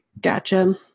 Gotcha